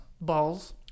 Balls